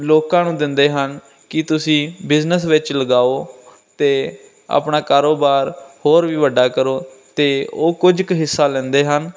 ਲੋਕਾਂ ਨੂੰ ਦਿੰਦੇ ਹਨ ਕਿ ਤੁਸੀਂ ਬਿਜ਼ਨਸ ਵਿੱਚ ਲਗਾਓ ਅਤੇ ਆਪਣਾ ਕਾਰੋਬਾਰ ਹੋਰ ਵੀ ਵੱਡਾ ਕਰੋ ਅਤੇ ਉਹ ਕੁਝ ਕੁ ਹਿੱਸਾ ਲੈਂਦੇ ਹਨ